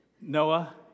Noah